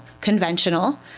conventional